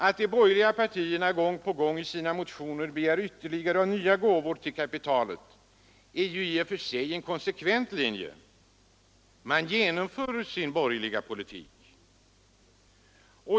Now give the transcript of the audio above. Att de borgerliga partierna gång på gång i sina motioner begär ytterligare och nya gåvor till kapitalet är i och för sig en konsekvent linje — man genomför sin borgerliga politik.